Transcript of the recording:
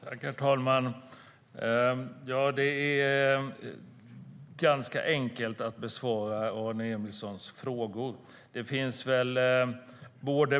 Herr talman! Det är ganska enkelt att besvara Aron Emilssons frågor.